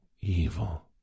evil